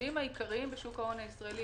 המשקיעים העיקריים בשוק ההון הישראלי,